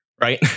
right